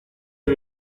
que